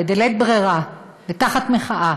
בלית ברירה ותחת מחאה